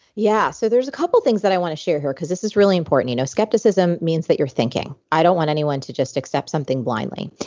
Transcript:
yeah, so there's a couple of things that i want to share here, because this is really important. you know skepticism means that you're thinking. i don't want anyone to just accept something blindly.